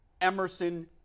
Emerson